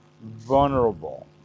Vulnerable